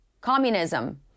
Communism